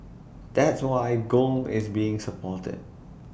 that's why gold is being supported